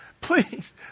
Please